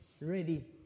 ready